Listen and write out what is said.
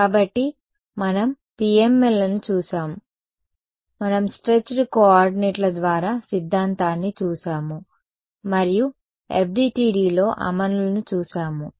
కాబట్టి మనం PMLలను చూశాము మేము స్ట్రేట్చెడ్ కోఆర్డినేట్ల ద్వారా సిద్ధాంతాన్ని చూశాము మరియు FDTDలో అమలును చూశాము